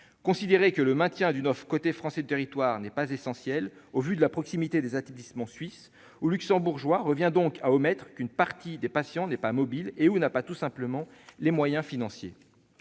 Considérer que le maintien d'une offre côté français du territoire n'est pas essentiel au vu de la proximité des établissements suisses ou luxembourgeois revient donc à omettre qu'une partie des patients n'est pas mobile, ou qu'elle n'a tout simplement pas les moyens financiers.